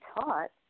taught